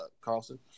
Carlson